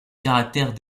caractère